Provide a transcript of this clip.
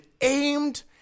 aimed